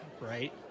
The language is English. right